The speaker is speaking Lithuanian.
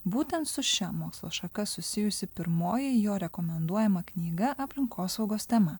būtent su šia mokslo šaka susijusi pirmoji jo rekomenduojama knyga aplinkosaugos tema